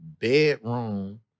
bedroom